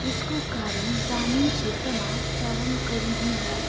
यसको कारण ग्रामीण क्षेत्रमा चरम गरिबी हो